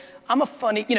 i'm a funny, you know